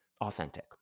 authentic